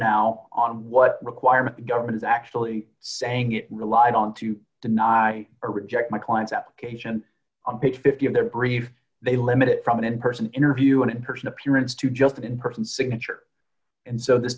now on what requirement the government is actually saying it relied on to deny or reject my client's application on page fifty in their brief they limited from an in person interview and in person appearance to jump in person signature and so this